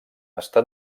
està